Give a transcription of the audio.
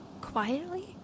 Quietly